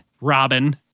Robin